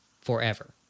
forever